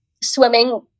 swimming